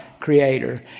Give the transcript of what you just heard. creator